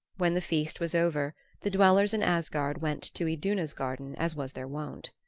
when the feast was over the dwellers in asgard went to iduna's garden as was their wont.